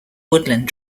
woodland